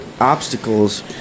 obstacles